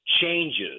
changes